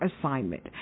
assignment